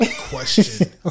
Question